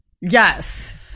Yes